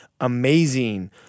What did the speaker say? amazing